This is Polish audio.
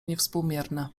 niewspółmierne